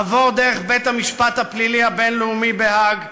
עבור דרך בית-המשפט הפלילי הבין-לאומי בהאג,